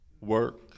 work